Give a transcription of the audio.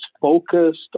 focused